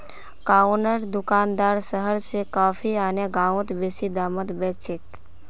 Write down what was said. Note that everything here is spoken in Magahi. गांउर दुकानदार शहर स कॉफी आने गांउत बेसि दामत बेच छेक